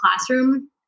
classroom